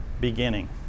beginning